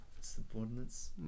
subordinates